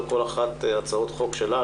או כל אחת מהצעות חוק שלה